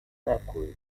mercury